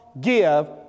give